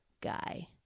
guy